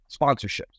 sponsorships